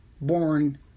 Born